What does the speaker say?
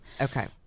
Okay